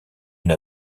une